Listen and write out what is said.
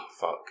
fuck